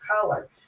color